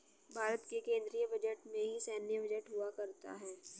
भारत के केन्द्रीय बजट में ही सैन्य बजट हुआ करता है